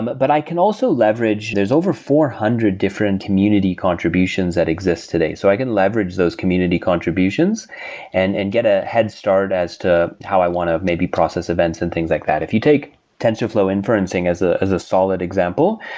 but but i can also leverage, there's over four hundred different community contributions that exist today. so i can leverage those community contributions and and get a head start as to how i want to maybe process events and things like that. if you take tensorflow inferencing as ah as a solid example,